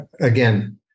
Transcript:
again